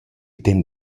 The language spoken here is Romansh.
temp